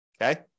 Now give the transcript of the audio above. okay